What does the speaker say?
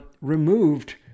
removed